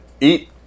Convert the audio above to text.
Eat